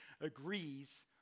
agrees